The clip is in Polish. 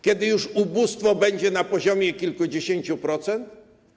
Kiedy ubóstwo będzie na poziomie kilkudziesięciu procent?